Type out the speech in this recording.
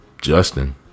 Justin